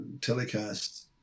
telecast